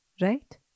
right